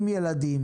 עם ילדים,